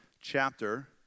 chapter